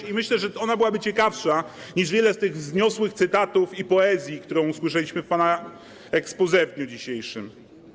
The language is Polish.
I myślę, że ona byłaby ciekawsza niż wiele z tych wzniosłych cytatów i poezji, które usłyszeliśmy w pana exposé w dniu dzisiejszym.